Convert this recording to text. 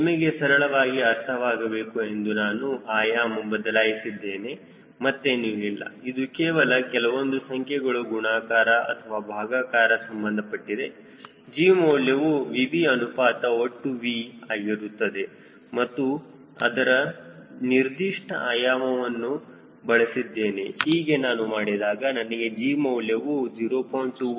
ನಿಮಗೆ ಸರಳವಾಗಿ ಅರ್ಥವಾಗಬೇಕು ಎಂದು ನಾನು ಆಯಾಮ ಬದಲಾಯಿಸಿದ್ದೇನೆ ಮತ್ತೇನು ಇಲ್ಲ ಇದು ಕೇವಲ ಕೆಲವೊಂದು ಸಂಖ್ಯೆಗಳು ಗುಣಾಕಾರ ಅಥವಾ ಭಾಗಕಾರ ಸಂಬಂಧಪಟ್ಟಿದೆ Gಮೌಲ್ಯವು Vv ಅನುಪಾತ ಒಟ್ಟು V ಆಗಿರುತ್ತದೆ ಮತ್ತು ಅದರ ನಿರ್ದಿಷ್ಟ ಆಯಾಮವನ್ನು ಬಳಸಿದ್ದೇನೆ ಹೀಗೆ ನಾನು ಮಾಡಿದಾಗ ನನಗೆ G ಮೌಲ್ಯವು 0